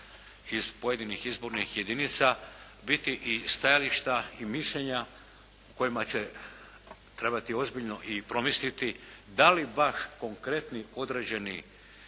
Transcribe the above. iz pojedinih izbornih jedinica biti i stajališta i mišljenja kojima će trebati i ozbiljno i promisliti da li baš konkretni, određeni